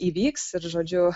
įvyks ir žodžiu